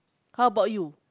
how about you